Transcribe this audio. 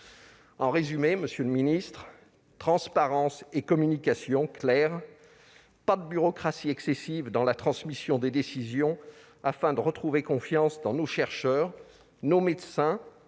En résumé, monsieur le ministre, transparence et communication claire, sans bureaucratie excessive dans la transmission des décisions : voilà ce qu'il faut pour redonner confiance dans nos chercheurs, nos médecins